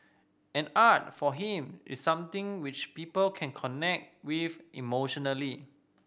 and art for him is something which people can connect with emotionally